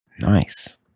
nice